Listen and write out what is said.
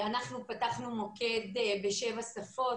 פתחנו מוקד בשבע שפות,